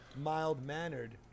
mild-mannered